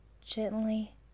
gently